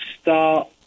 start